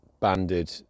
banded